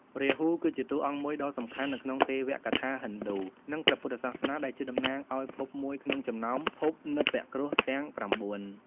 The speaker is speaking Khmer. រាហូ គឺជាតួអង្គមួយដ៏សំខាន់នៅក្នុងទេវកថាហិណ្ឌូ និងព្រះពុទ្ធសាសនា ដែលជាតំណាងឱ្យភពមួយក្នុងចំណោមភពនព្វគ្រោះទាំង ៩ ។